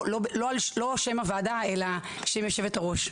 לא שם הוועדה אלא שם יושבת הראש,